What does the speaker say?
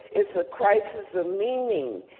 it's a crisis of meaning.